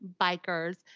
bikers